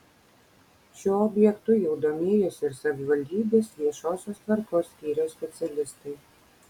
šiuo objektu jau domėjosi ir savivaldybės viešosios tvarkos skyriaus specialistai